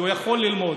כי הוא יכול ללמוד,